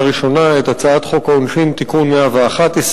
ראשונה את הצעת חוק העונשין (תיקון 111),